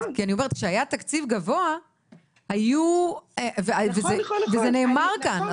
כי אני אומרת, כשהיה תקציב גבוה היו וזה נאמר כאן.